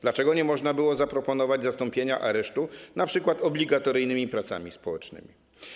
Dlaczego nie można było zaproponować zastąpienia aresztu np. obligatoryjnymi pracami społecznymi?